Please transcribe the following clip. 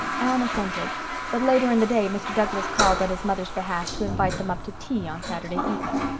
anne assented but later in the day mr. douglas called on his mother's behalf to invite them up to tea on saturday evening.